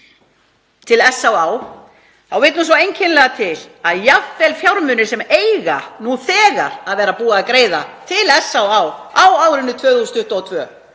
til SÁÁ á árinu 2022